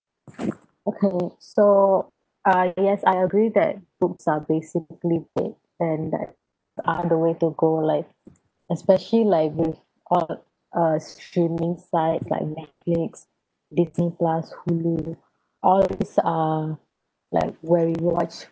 okay so I guess I agree that books are basically dead and that are the way to go like especially library or uh streaming sites like netflix disney plus hulu all these are like where you watch